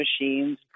machines